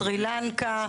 סרילנקה,